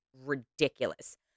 ridiculous